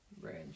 Range